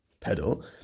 pedal